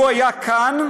לו היה כאן,